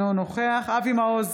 אינו נוכח אבי מעוז,